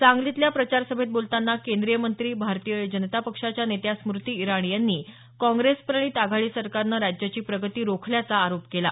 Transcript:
सांगलीतल्या प्रचार सभेत बोलतांना केंद्रीयमंत्री भारतीय जनता पक्षाच्या नेत्या स्मूती इराणी यांनी काँग्रेस प्रणित आघाडी सरकारनं राज्याची प्रगती रोखल्याचा आरोप केला